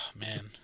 man